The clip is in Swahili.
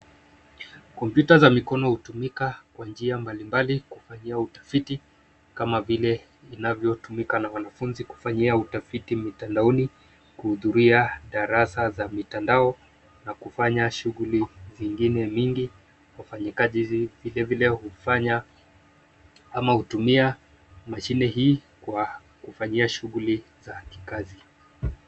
Kompyuta za mikono hutumika kwa njia mbalimbali kufanyia utafiti kama vile inavyotumika na wanafunzi kufanyia utafiti mitandaoni, kuhudhuria darasa za mitandao na kufanya shughuli zingine mingi. Wafanyakazi vilevile hufanya ama hutumia mashine hii kwa kufanyia shughuli za kikazi.